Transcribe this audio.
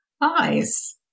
eyes